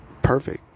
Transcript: perfect